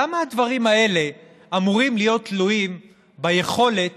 למה הדברים האלה אמורים להיות תלויים ביכולת